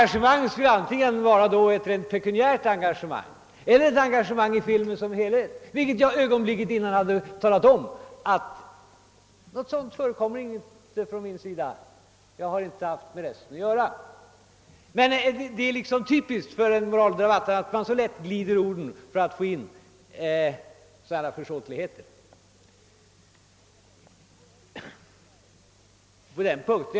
Det skulle då vara antingen ett pekuniärt engagemang eller ett engagemang i filmen som helhet, vilket jag ögonblicket innan hade sagt inte förekom från min sida. Det är typiskt för en moraldebatt att man så lätt glider över orden för att få in sådana försåtligheter.